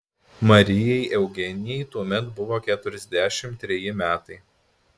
marijai eugenijai tuomet buvo keturiasdešimt treji metai